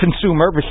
consumer